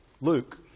Luke